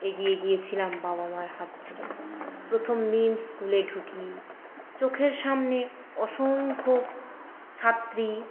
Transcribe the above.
এগিয়ে গিয়েছিলাম বাবা মার হাত ধরে প্রথম দিন স্কুলে ঢুকি চোখের সামনে অসংখ্য ছাত্রী